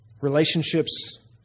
Relationships